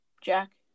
Jack